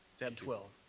tab twenty